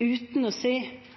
uten å si